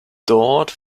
dort